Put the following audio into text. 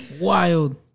Wild